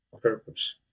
purpose